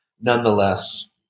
nonetheless